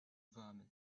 vomit